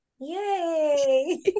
Yay